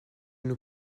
nous